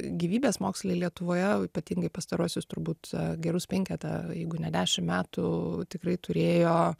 gyvybės moksle lietuvoje ypatingai pastaruosius turbūt gerus penketą jeigu ne dešimt metų tikrai turėjo